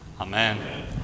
Amen